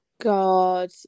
god